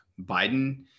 Biden